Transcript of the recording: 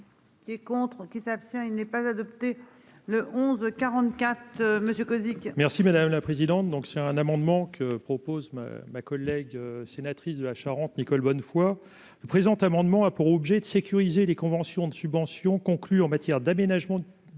Qui est contre qui s'abstient. Il n'est pas adopté le 11 44, monsieur Cozic. Merci madame la présidente. Donc c'est un amendement que propose ma collègue sénatrice de la Charente Nicole Bonnefoy le présent amendement a pour objet de sécuriser les conventions de subventions conclu en matière d'aménagement.